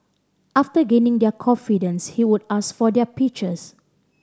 after gaining their confidence he would ask for their pictures